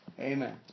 Amen